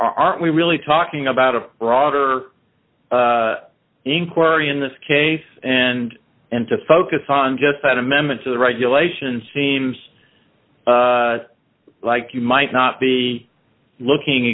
aren't we really talking about a broader inquiry in this case and and to focus on just an amendment to the regulation seems like you might not be looking